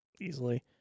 easily